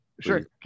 Sure